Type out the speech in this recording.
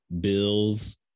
Bills